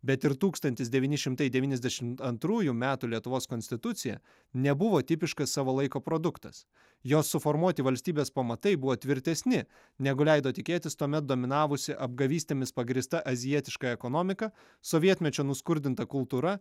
bet ir tūkstantis devyni šimtai devyniasdešimt antrųjų metų lietuvos konstitucija nebuvo tipiškas savo laiko produktas jos suformuoti valstybės pamatai buvo tvirtesni negu leido tikėtis tuomet dominavusi apgavystėmis pagrįsta azijietiška ekonomika sovietmečio nuskurdinta kultūra